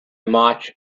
march